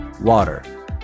Water